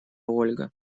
ольга